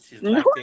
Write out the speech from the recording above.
No